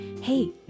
Hey